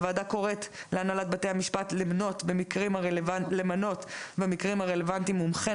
הוועדה קוראת למנות במקרים הרלוונטיים מומחה